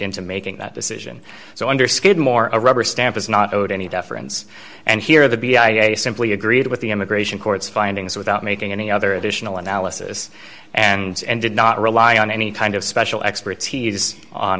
into making that decision so under skidmore a rubber stamp is not owed any deference and here the b idea simply agreed with the immigration courts findings without making any other additional analysis and did not rely on any kind of special expertise on